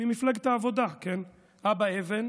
ממפלגת העבודה אבא אבן,